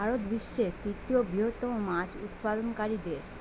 ভারত বিশ্বের তৃতীয় বৃহত্তম মাছ উৎপাদনকারী দেশ